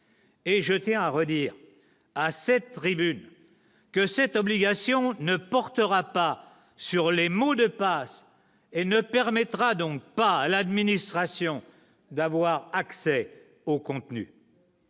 Et je tiens à redire à cette tribune que cette obligation ne portera pas sur les mots de passe et ne permettra donc pas à l'administration d'avoir accès au contenu.